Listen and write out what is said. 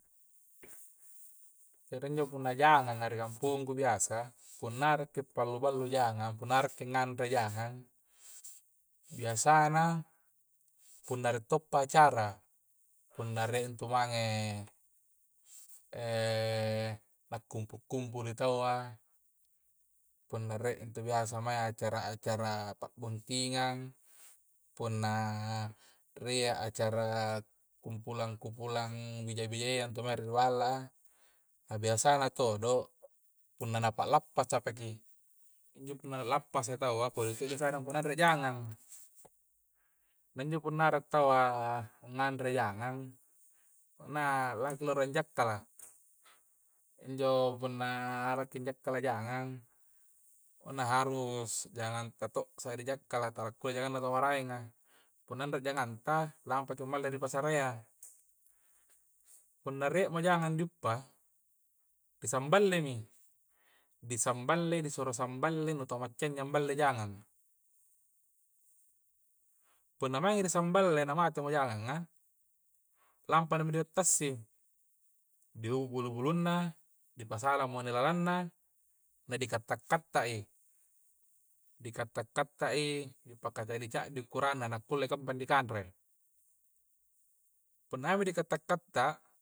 Tere' injo punna jangang'a ri kampongku biasa punna are'ki pallu-pallu jangang' punna ngare'ki nganre jangang' biasana, punna rie' to'pa acara punna rie' intu mange a' kumpul-kampulu i' tawwa' punna rie' itu biasa mae acara-acara' pa'buntingang' punna rie' acara kumpulang-kumpulang' bija-bijayya intu mange ri balla'a a' biasa na todo', punna pa lappasa' paki' injo punna pa lappasaki taua' kodi' to' di sa'ring punna anre jangang' na injo punna are'i tawwa nganre jangang' la, laoki rolo jakkala' injo punna are'ki jakkala' jangang', punna harus jangang ta' to' bisa di jakkala' takkala kulle' janganganna' tau maraenga'. punna are' jangang ta' lampaki malli ripasarayya punna re' mi jangang ri uppa', di samballemi' disamballe' di suru samballe' nu tau macca'ngi nyamballe' jangang'a punna maengi' di samballe' na matemo jangang'nga lampami ri diattassi' di hubbu' bulu-bulunna' dipasala' modelanna na di katta-katta'i, di katta-katta'i dipaka' ca'di ca'di ukuranna na kulle gampang di kanre punna maengmi di katta-katta'